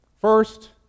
First